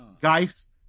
Geist